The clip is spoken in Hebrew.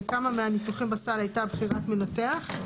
בכמה מהניתוחים בסל הייתה בחירת מנתח.